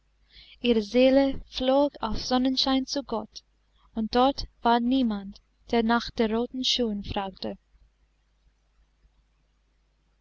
ihre seele flog auf sonnenschein zu gott und dort war niemand der nach den roten schuhen fragte